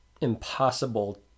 impossible